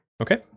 Okay